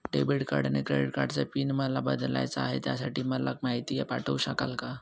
Debit आणि credit कार्डचा pin मला बदलायचा आहे, त्यासाठी मला माहिती पाठवू शकाल का?